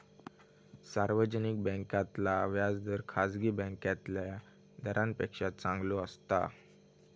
सार्वजनिक बॅन्कांतला व्याज दर खासगी बॅन्कातल्या दरांपेक्षा चांगलो असता